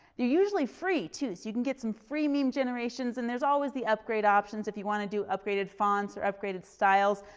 you're usually free too so you can get some free meme generations and there's always the upgrade options if you want to do upgraded fonts or upgraded styles.